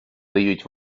дають